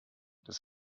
das